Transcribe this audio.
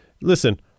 listen